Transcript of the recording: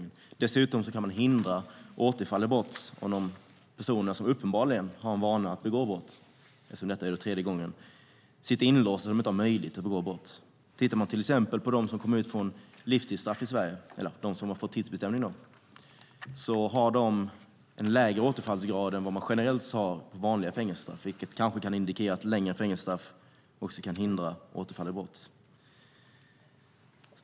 Dessutom kan man hindra återfall i brott om de personer som uppenbarligen har en vana att begå brott, eftersom detta är tredje gången, sitter inlåsta. Då har de inte möjlighet att begå brott. Tittar man till exempel på dem som kommer ut från livstidsstraff i Sverige, alltså de som har fått tidsbestämning, har de en lägre återfallsgrad än vad man generellt har för vanliga fängelsestraff, vilket kanske kan indikera att längre fängelsestraff också kan hindra återfall i brott.